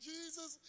Jesus